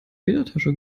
federtasche